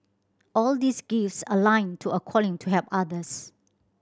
all these gifts aligned to a calling to help others